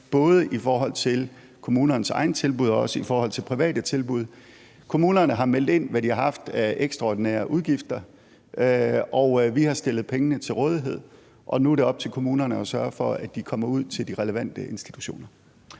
både i forhold til kommunernes egne tilbud og også i forhold til private tilbud. Kommunerne har meldt ind, hvad de har haft af ekstraordinære udgifter, og vi har stillet pengene til rådighed, og nu er det op til kommunerne at sørge for, at de kommer ud til de relevante institutioner.